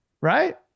right